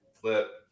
flip